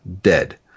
dead